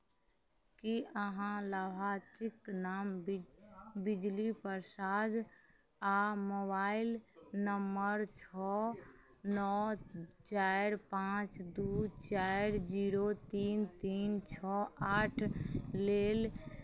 कि अहाँ लाभार्थीके नाम बिज बिजली प्रसाद आओर मोबाइल नम्बर छओ नओ चारि पाँच दुइ चारि जीरो तीन तीन छओ आठ लेल